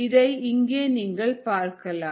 இதை இங்கே நீங்கள் பார்க்கலாம்